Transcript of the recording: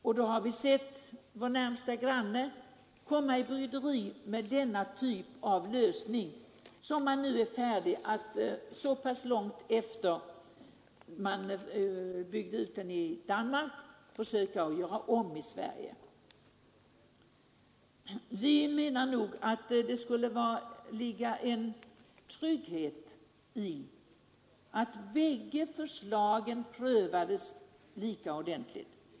Vi har sett vår närmaste granne råka i bryderi med den typ av lösning som man nu är färdig att göra om i Sverige så pass långt efter det att den genomfördes i Danmark. Vi menar att det skulle ligga en trygghet i att bägge förslagen prövades lika ordentligt.